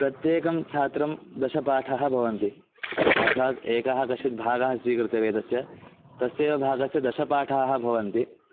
प्रत्येकं छात्रं दशपाठः भवन्ति अर्थात् एकं कश्चित् भागं स्वीकृत्य वेदस्य तस्य तस्यैव भागस्य दशपाठाः भवन्ति